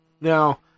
Now